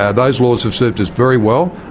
ah those laws have served us very well.